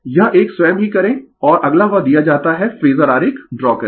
यह एक स्वयं ही करें और अगर वह दिया जाता है फेजर आरेख ड्रा करें